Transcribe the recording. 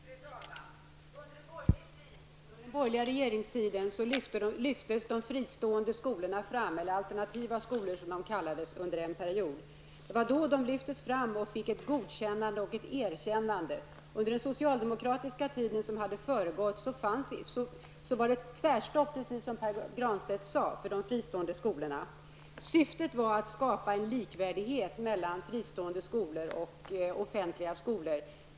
Fru talman! Under den borgerliga regeringstiden lyftes de fristående eller alternativa skolorna som de under en period har kallats fram och fick ett godkännande och ett erkännande. Under den socialdemokratiska tiden därefter har det varit tvärstopp, precis som Pär Granstedt sade, för de fristående skolorna. Syftet var att skapa en likvärdighet mellan fristående skolor och offentliga skolor.